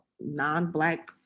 non-Black